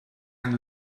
and